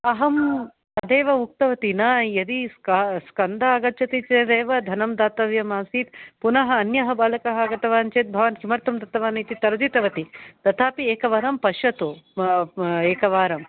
अहं तदेव उक्तवती न यदि स्क स्कन्द आगच्छति चेदेव धनं दातव्यम् आसीत् पुन अन्य बालक आगतवान् चेत् भवान् किमर्थं दत्तवान् इति तर्जितवती तथापि एकवारं पश्यतु एकवारम्